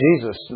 Jesus